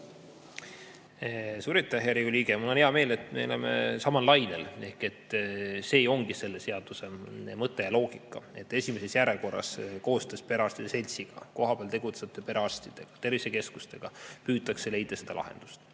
Suur aitäh, hea Riigikogu liige! Mul on hea meel, et me oleme samal lainel. See ongi selle seaduse mõte ja loogika, et esimeses järjekorras koostöös perearstide seltsiga, kohapeal tegutsevate perearstidega ja tervisekeskustega püütakse leida seda lahendust.